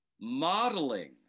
Modeling